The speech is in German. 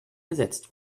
ersetzt